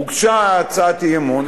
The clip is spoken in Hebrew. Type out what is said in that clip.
הוגשה הצעת אי-אמון,